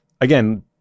again